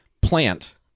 plant